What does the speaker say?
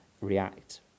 react